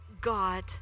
God